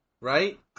Right